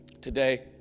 Today